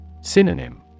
Synonym